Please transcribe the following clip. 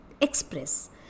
express